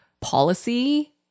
policy